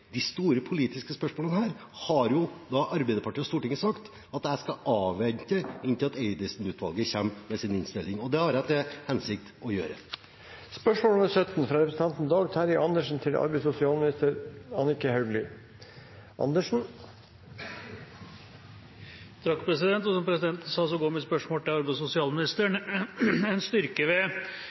store politiske spørsmålene har jo Arbeiderpartiet og Stortinget sagt at jeg skal avvente til Eidesen-utvalget kommer med sin innstilling, og det har jeg til hensikt å gjøre. Som presidenten sa, går mitt spørsmål til arbeids- og sosialministeren: «En styrke ved det norske arbeidslivet har vært at vi har klare ansettelsesforhold med avklart arbeidstid og